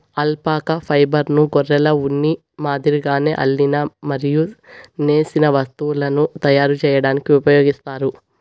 alpaca ఫైబర్ను గొర్రెల ఉన్ని మాదిరిగానే అల్లిన మరియు నేసిన వస్తువులను తయారు చేయడానికి ఉపయోగిస్తారు